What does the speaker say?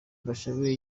bashabe